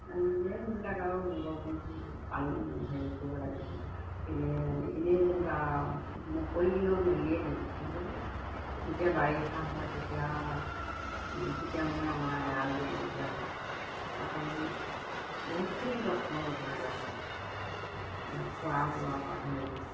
নিজে সেইবিলাক আৰু জীৱ জন্তুৰ প্ৰাণ হেৰি কৰিব লাগে এনেই এনেই যেনিবা মুকলি দিনত মেলিয়েই দিওঁ কিন্তু যেতিয়া বাৰিষা হয় তেতিয়া তেতিয়া মানে আমাৰ এৰাল দিবলগীয়া হয় তাত আমি বহুতখিনি যত্ন ল'বলগীয়া হয় খোৱা বোৱাৰপৰা ধৰি